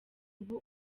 ubu